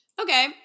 Okay